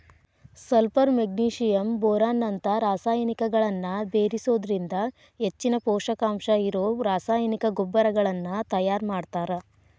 sulphur magnesium boron ನಂತ ರಸಾಯನಿಕಗಳನ್ನ ಬೇರಿಸೋದ್ರಿಂದ ಹೆಚ್ಚಿನ ಪೂಷಕಾಂಶ ಇರೋ ರಾಸಾಯನಿಕ ಗೊಬ್ಬರಗಳನ್ನ ತಯಾರ್ ಮಾಡ್ತಾರ